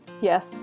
Yes